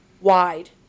wide